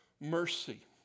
Mercy